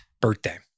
birthday